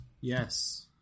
Yes